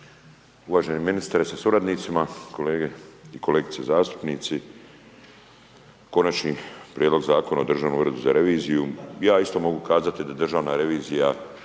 Uvaženi ministre sa suradnicima, kolege i kolegice zastupnici. Konačni prijedlog Zakona o Državnom uredu za reviziju, ja isto mogu kazati da državna revizija